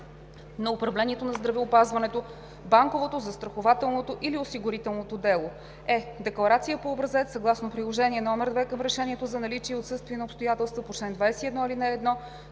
на управлението на здравеопазването, банковото, застрахователното или осигурителното дело; е) декларация по образец съгласно Приложение № 2 към решението за наличие и отсъствие на обстоятелствата по чл. 21, ал. 1,